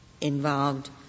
involved